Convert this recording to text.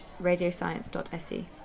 radioscience.se